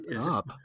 up